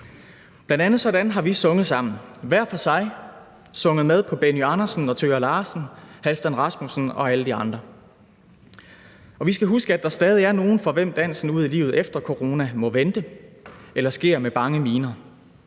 Bl.a. sådan har vi sunget sammen, hver for sig sunget med på Benny Andersen og Thøger Larsen, Halfdan Rasmussen og alle de andre. Vi skal huske, at der stadig er nogen, for hvem dansen ud i livet efter corona må vente eller sker med bange miner.